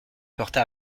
porta